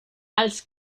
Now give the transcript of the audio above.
als